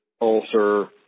ulcer